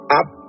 up